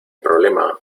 problema